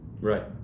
right